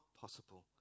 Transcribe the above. possible